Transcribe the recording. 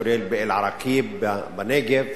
כולל באל-עראקיב בנגב.